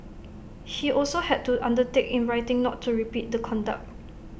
he also had to undertake in writing not to repeat the conduct